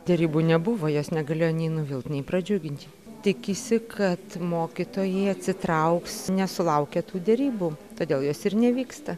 derybų nebuvo jos negalėjo nei nuvilt nei pradžiugint tikisi kad mokytojai atsitrauks nesulaukę tų derybų todėl jos ir nevyksta